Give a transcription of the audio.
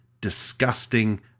disgusting